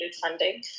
funding